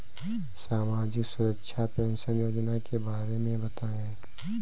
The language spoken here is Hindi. सामाजिक सुरक्षा पेंशन योजना के बारे में बताएँ?